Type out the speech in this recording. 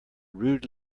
rude